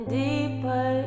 deeper